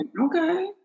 Okay